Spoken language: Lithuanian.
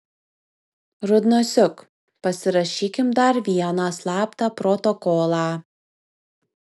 rudnosiuk pasirašykim dar vieną slaptą protokolą